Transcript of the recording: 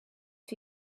for